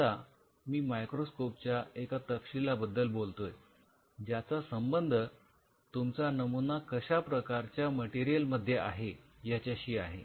आता मी मायक्रोस्कोप च्या एका तपशिला बद्दल बोलतोय ज्याचा संबंध तुमचा नमुना कशा प्रकारच्या मटेरियल मध्ये आहे याच्याशी आहे